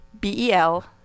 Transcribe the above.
B-E-L